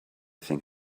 think